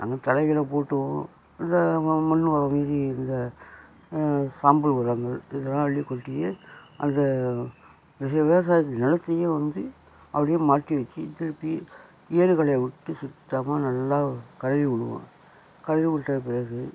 நாங்கள் தழைகளை போட்டும் இந்த மண் உரம் மீதி இருந்த சாம்பல் உரங்கள் இதெல்லாம் அள்ளி கொட்டியே அந்த விவசாயத்தை நிலத்தையே வந்து அப்படியே மாற்றி வச்சு திருப்பி ஏலு கடையை விட்டு சுத்தமாக நல்லா கழுவி விடுவோம் கழுவி விட்ட பிறகு